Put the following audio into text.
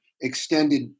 extended